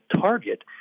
Target